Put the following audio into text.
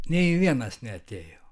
nei vienas neatėjo